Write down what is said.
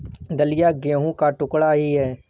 दलिया गेहूं का टुकड़ा ही है